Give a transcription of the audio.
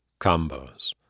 Combos